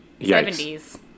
70s